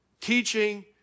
teaching